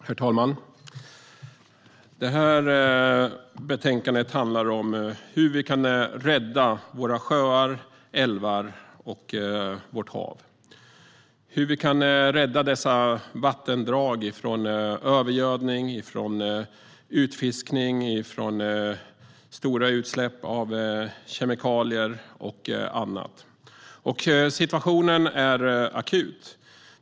Herr talman! Detta betänkande handlar om hur vi kan rädda våra sjöar, älvar och hav - hur vi kan rädda dessa vattendrag från övergödning, utfiskning, stora utsläpp av kemikalier och annat. Situationen är akut.